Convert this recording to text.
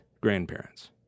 grandparents